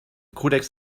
kodex